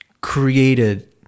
created